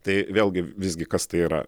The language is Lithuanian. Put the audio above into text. tai vėlgi visgi kas tai yra